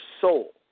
soul